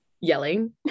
yelling